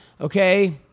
okay